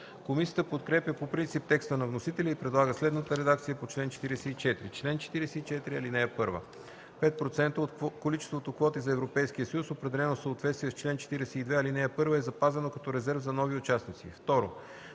Комисията подкрепя по принцип текста на вносителя и предлага следната редакция на чл. 44: „Чл. 44. (1) Пет процента от количеството квоти за Европейския съюз, определено в съответствие с чл. 42, ал. 1, е запазено като резерв за нови участници.